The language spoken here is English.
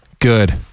good